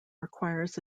requires